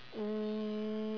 um